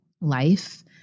life